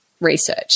research